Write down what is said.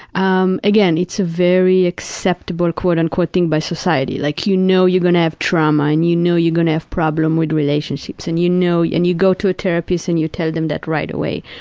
um again, it's a very acceptable, quote, unquote, thing by society, like you know you're going to have trauma and you know you're going to have problems with relationships and you know you and you go to a therapist and you tell them that right away,